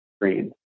green